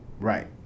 Right